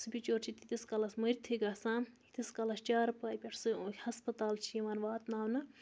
سُہ بِچور چھُ تیٖتِس کالَس مٔرتھٕے گَژھان تیٖتِس کالَس چارپاے پٮ۪ٹھ سُہ ہَسپَتال چھِ یِوان واتناونہٕ